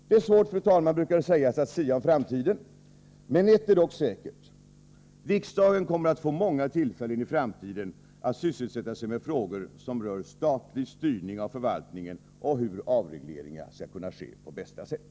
Det är svårt, fru talman, att sia om framtiden, men ett är säkert: Riksdagen kommer i framtiden att få många tillfällen att sysselsätta sig med frågor som rör statlig styrning av förvaltningen och hur avregleringar skall kunna ske på bästa sätt.